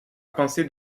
pensée